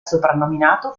soprannominato